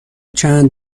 چند